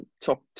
top